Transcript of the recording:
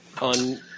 on